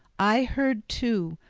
i heard, too,